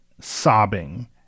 sobbing